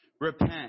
Repent